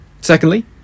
Secondly